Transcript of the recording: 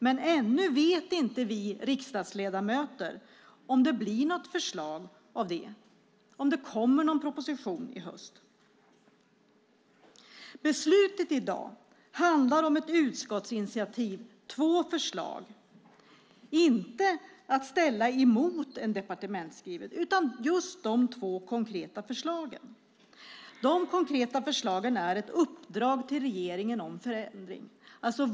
Men ännu vet inte vi riksdagsledamöter om det blir något förslag av den och om det kommer någon proposition i höst. Beslutet i dag handlar om ett utskottsinitiativ med två förslag. Detta ska inte ställas emot en departementsskrivelse, utan det handlar om just dessa två konkreta förslag. Förslagen är ett uppdrag till regeringen om förändring.